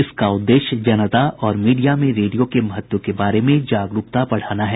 इसका उद्देश्य जनता और मीडिया में रेडियो के महत्व के बारे में जागरूकता बढ़ाना है